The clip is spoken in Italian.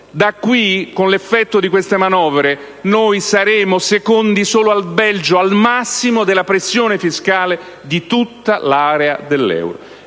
Da qui, con l'effetto di queste manovre, l'Italia sarà seconda solo al Belgio, al massimo della pressione fiscale di tutta l'area dell'euro.